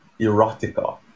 erotica